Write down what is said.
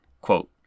Quote